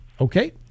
okay